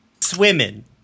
swimming